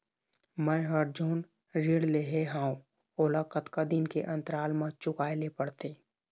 मैं हर जोन ऋण लेहे हाओ ओला कतका दिन के अंतराल मा चुकाए ले पड़ते?